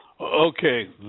Okay